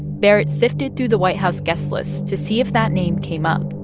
barrett sifted through the white house guest list to see if that name came up